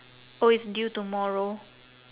oh it's due tomorrow